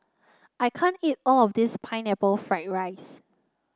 I can't eat all of this Pineapple Fried Rice